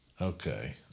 Okay